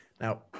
Now